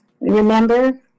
Remember